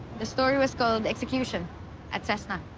the story was called execution at cessna.